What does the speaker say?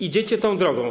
Idziecie tą drogą.